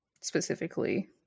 specifically